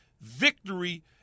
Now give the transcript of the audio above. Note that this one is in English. victory